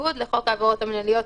בניגוד לחוק העבירות המינהליות,